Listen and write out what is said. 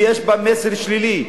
יש בה מסר שלילי,